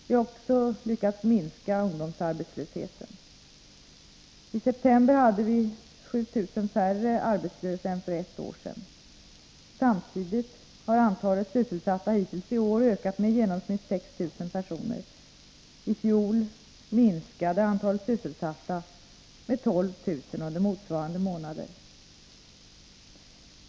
Vi har också lyckats minska ungdomsarbetslösheten. I september hade vi 7 000 färre arbetslösa än för ett år sedan. Samtidigt har antalet sysselsatta hittills i år ökat med i genomsnitt 6 000 personer. I fjol minskade antalet sysselsatta med 12 000 under motsvarande månader.